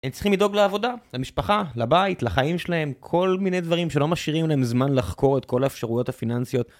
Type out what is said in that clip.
הם צריכים לדאוג לעבודה, למשפחה, לבית, לחיים שלהם, כל מיני דברים שלא משאירים להם זמן לחקור את כל האפשרויות הפיננסיות.